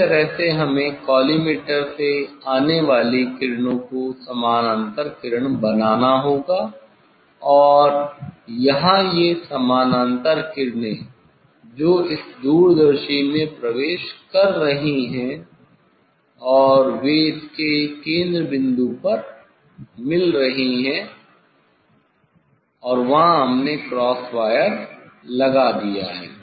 इस तरह से हमें कॉलीमेटर से आने वाली किरणों को समांतर किरण बनाना होगा और यहाँ ये समानांतर किरणेजो इस दूरदर्शी में प्रवेश कर रही है और वे इसके केंद्र बिंदु पर मिल रही हैं और वहाँ हमने क्रॉस वायर लगा दिया है